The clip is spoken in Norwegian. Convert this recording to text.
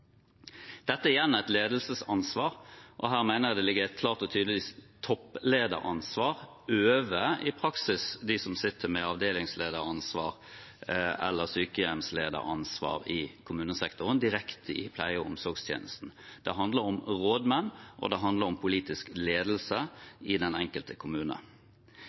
Dette er igjen et ledelsesansvar, og her mener jeg det ligger et klart og tydelig topplederansvar, over – i praksis – de som sitter med avdelingslederansvar eller sykehjemslederansvar i kommunesektoren direkte i pleie- og omsorgstjenesten. Det handler om rådmenn, og det handler om politisk ledelse i den enkelte kommune.